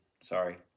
Sorry